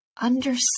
Understand